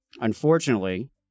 Unfortunately